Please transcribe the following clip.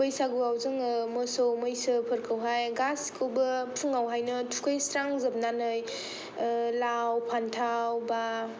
बैसागुआव जोङो मोसौ मैसोफोरखौहाय गासिखौबो फुङावहायनो थुखैस्रांजोबनानै लाउ फान्थाव बा